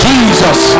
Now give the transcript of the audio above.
Jesus